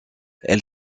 elle